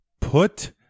Put